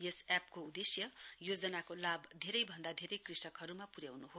यस एपको उद्देश्य योजनाको लाभ धेरै भन्दा धेरै कृषकहरूमा पुर्याउनु हो